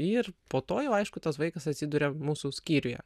ir po to jau aišku tas vaikas atsiduria mūsų skyriuje